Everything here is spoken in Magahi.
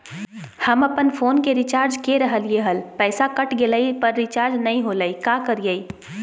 हम अपन फोन के रिचार्ज के रहलिय हल, पैसा कट गेलई, पर रिचार्ज नई होलई, का करियई?